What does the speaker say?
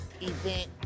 event